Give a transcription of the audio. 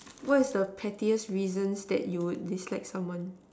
what is the pettiest reasons that you would dislike someone